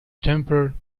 temper